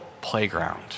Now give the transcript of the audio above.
playground